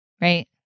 right